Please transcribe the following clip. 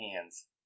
hands